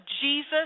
Jesus